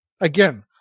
Again